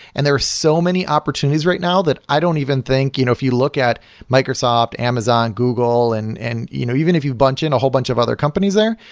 and there's so many opportunities right now that i don't even think you know if you look at microsoft. amazon google, and and you know even if you bunch in a whole bunch of other companies there,